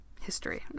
history